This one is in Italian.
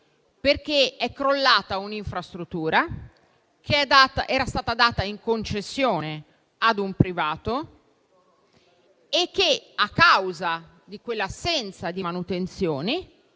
perché è crollata un'infrastruttura che era stata data in concessione ad un privato e che, a causa dell'assenza di manutenzione